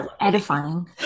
edifying